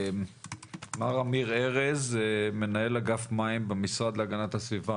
מר אמיר ארז, מנהל אגף מים במשרד להגנת הסביבה.